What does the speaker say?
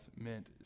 meant